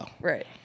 Right